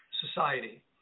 society